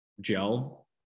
gel